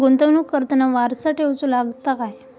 गुंतवणूक करताना वारसा ठेवचो लागता काय?